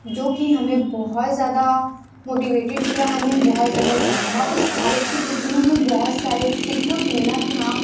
जो कि हमें बहुत ज़्यादा मोटिवेटेड किया आई मीन बहुत ज़्यादा ज्ञान हुआ उस भारत के चित्र में मैं बहुत सारे सीखने को मिला कि हाँ